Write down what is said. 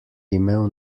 imel